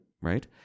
right